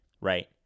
right